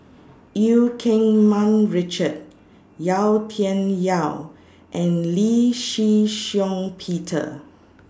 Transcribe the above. EU Keng Mun Richard Yau Tian Yau and Lee Shih Shiong Peter